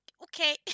Okay